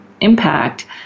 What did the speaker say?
impact